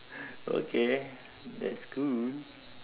okay that's cool